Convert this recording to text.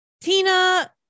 Tina